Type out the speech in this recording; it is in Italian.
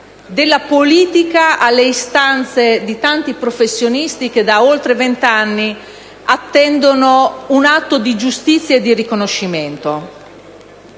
della politica alle istanze di tanti professionisti che da oltre vent'anni attendono un atto di giustizia e di riconoscimento.